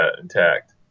intact